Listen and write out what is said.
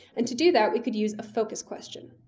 and to do that we could use a focus question.